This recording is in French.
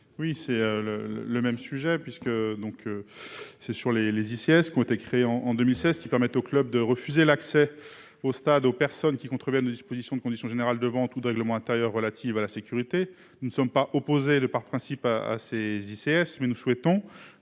parole est à M. Thomas Dossus. Les ICS, qui ont été créées en 2016, permettent aux clubs de refuser l'accès au stade aux personnes qui contreviennent aux dispositions des conditions générales de vente ou du règlement intérieur relatives à la sécurité. Nous ne sommes pas opposés par principe aux ICS, mais nous souhaitons,